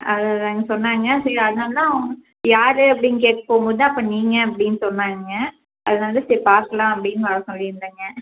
அதுதாங்க சொன்னாங்க சரி அதனாலதான் யார் அப்படின்னு கேட்க போகும்போதுதான் அப்போ நீங்கள் அப்படின் சொன்னாங்கங்க அதனால சரி பார்க்கலாம் அப்படின்னு வர சொல்லியிருந்தேங்க